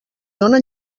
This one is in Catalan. dóna